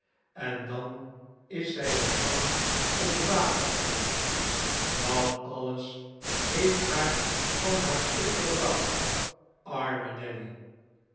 en dan is zij ook bang op het water geweest dat alles heeft haar van haar stuk gebracht arme nelly